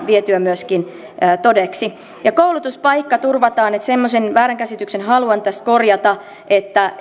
vietyä myöskin todeksi koulutuspaikka turvataan semmoisen väärinkäsityksen haluan tässä korjata että